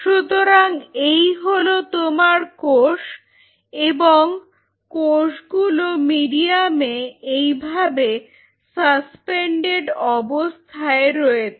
সুতরাং এই হল তোমার কোষ এবং কোষগুলো মিডিয়ামে এইভাবে সাসপেন্ডেড অবস্থায় রয়েছে